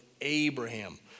Abraham